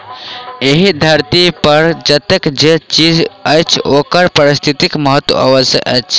एहि धरती पर जतेक जे चीज अछि ओकर पारिस्थितिक महत्व अवश्य अछि